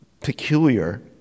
peculiar